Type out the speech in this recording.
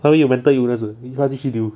他会有 mental illness 的如果他继续留